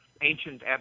ancient